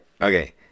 Okay